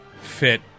fit